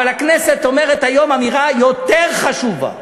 אבל הכנסת אומרת היום אמירה יותר חשובה.